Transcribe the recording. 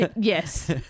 Yes